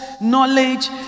knowledge